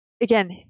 again